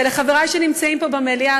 ולחברי שנמצאים פה במליאה,